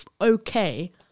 okay